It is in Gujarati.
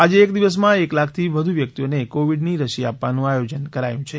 આજે એક દિવસમાં એક લાખથી વધુ વ્યક્તિઓને કોવીડની રસી આપવાનું આયોજન કરાયું છે